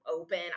open